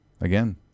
again